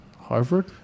Harvard